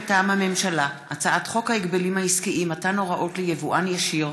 מטעם הממשלה: הצעת חוק ההגבלים העסקיים (מתן הוראות ליבואן ישיר,